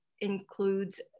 includes